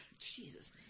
Jesus